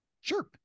sure